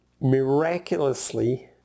Miraculously